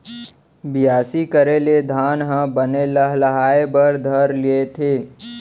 बियासी करे ले धान ह बने लहलहाये बर धर लेथे